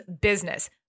business